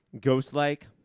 ghost-like